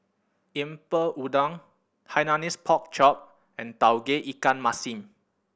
Lemper Udang Hainanese Pork Chop and Tauge Ikan Masin